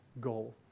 goal